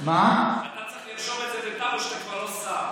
אתה רק תרשום את זה בטאבו שאתה כבר לא שר.